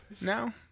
now